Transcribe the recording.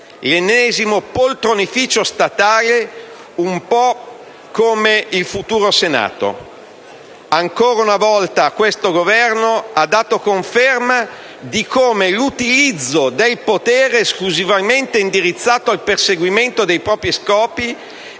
l'ennesimo poltronificio statale, un po' come il futuro Senato. Ancora una volta, questo Governo ha dato conferma di come l'utilizzo del potere sia esclusivamente indirizzato al perseguimento dei propri scopi